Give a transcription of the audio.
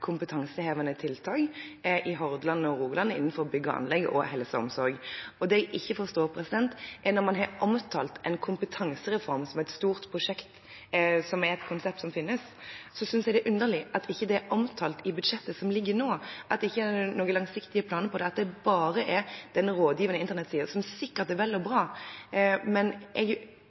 jeg ikke forstår: Når man har omtalt en kompetansereform som et stort prosjekt, som er et konsept som finnes, synes jeg det er underlig at det ikke er omtalt i budsjettet som foreligger nå, at det ikke er noen langsiktige planer for det, at det bare er den rådgivende internettsiden. Den er sikkert vel og bra, men jeg